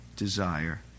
desire